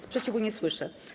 Sprzeciwu nie słyszę.